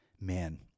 man